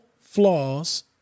flaws